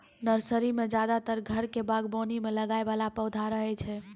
nursery मॅ ज्यादातर घर के बागवानी मॅ लगाय वाला पौधा रहै छै